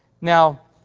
Now